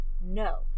no